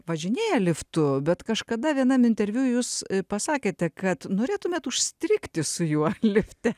važinėja liftu bet kažkada vienam interviu jūs pasakėte kad norėtumėt užstrigti su juo lifte